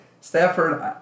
Stafford –